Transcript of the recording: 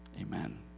Amen